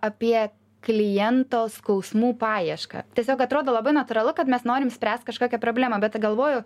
apie kliento skausmų paiešką tiesiog atrodo labai natūralu kad mes norim spręst kažkokią problemą bet galvoju